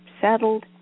settled